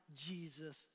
Jesus